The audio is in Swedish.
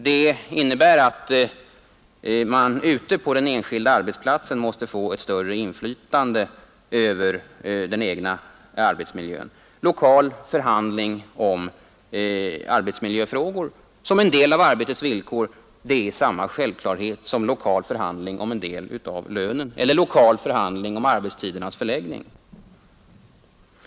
Det innebär att man ute på den enskilda arbetsplatsen måste få ett större inflytande över den egna arbetsmiljön. Lokal förhandling om arbetsmiljöfrågor som en del av arbetets villkor är samma självklarhet som lokal förhandling om en del av lönen eller lokal förhandling om arbetstidernas förläggning.